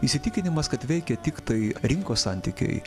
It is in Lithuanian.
įsitikinimas kad veikia tiktai rinkos santykiai